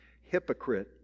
hypocrite